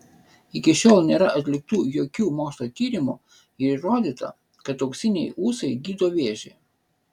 iki šiol nėra atliktų jokių mokslo tyrimų ir įrodyta kad auksiniai ūsai gydo vėžį